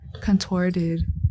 contorted